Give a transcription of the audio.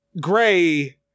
gray